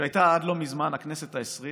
שהייתה עד לא מזמן, הכנסת העשרים